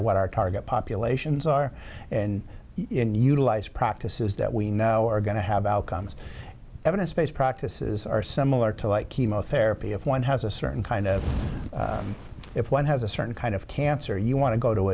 what our target populations are in utilize practices that we know are going to have outcomes evidence based practices are similar to like chemotherapy if one has a certain kind of if one has a certain kind of cancer you want to go to